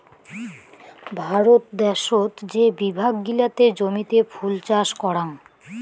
ভারত দ্যাশোত যে বিভাগ গিলাতে জমিতে ফুল চাষ করাং